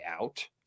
out